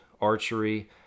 archery